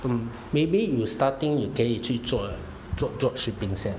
mm maybe you starting you 可以去做做 drop shipping 先